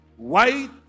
White